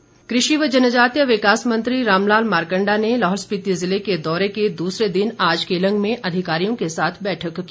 मारकण्डा कृषि व जनजातीय विकास मंत्री रामलाल मारकण्डा ने लाहौल स्पिति जिले के दौरे के दूसरे दिन आज केलंग में अधिकारियों के साथ बैठक की